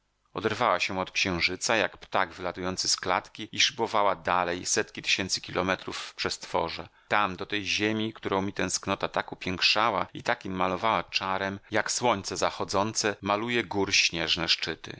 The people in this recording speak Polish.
odrywała się od księżyca jak ptak wylatujący z klatki i szybowała dalej setki tysięcy kilometrów w przestworze tam do tej ziemi którą mi tęsknota tak upiększała i takim malowała czarem jak słońce zachodzące maluje gór śnieżne szczyty